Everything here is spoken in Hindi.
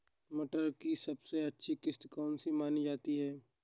मटर की सबसे अच्छी किश्त कौन सी मानी जाती है?